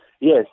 yes